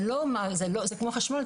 זה כמו חשמל,